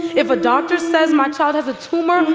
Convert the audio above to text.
if a doctor says my child has a tumor,